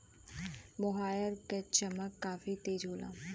मोहायर क चमक काफी तेज होला